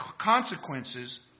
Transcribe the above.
consequences